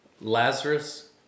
Lazarus